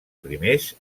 primers